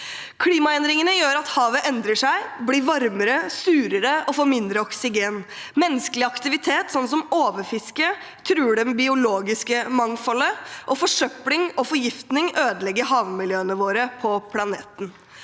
Klimaendringene gjør at havet endrer seg, blir varmere, surere og får mindre oksygen. Menneskelig aktivitet, som overfiske, truer det biologiske mangfoldet, og forsøpling og forgiftning ødelegger havmiljøene på planeten